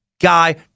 guy